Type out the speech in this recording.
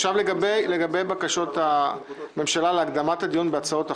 לגבי בקשות הממשלה להקדמת הדיון בהצעות החוק.